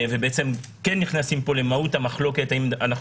ובעצם נכנסים למהות המחלוקת האם אנחנו